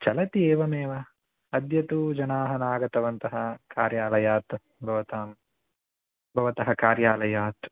चलति एवमेव अद्य तु जनाः नागतवन्तः कार्यालयात् भवतां भवतः कार्यालयात्